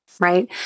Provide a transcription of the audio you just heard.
Right